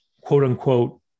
quote-unquote